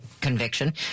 conviction